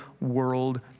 world